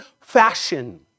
fashion